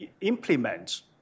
implement